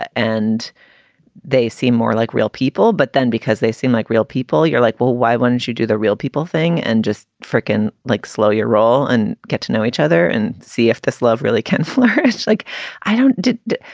and they seem more like real people. but then, because they seem like real people, you're like, well, why wouldn't you do the real people thing and just frickin like slow your roll and get to know each other and see if this love really can flourish like i did?